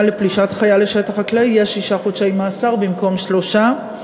לפלישת חיה לשטח חקלאי יהיה שישה חודשי מאסר במקום שלושה,